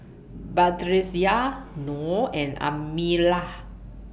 Batrisya Nor and Amirah